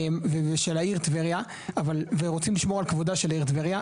ושל העיר טבריה ורוצים לשמור על כבודה של העיר טבריה.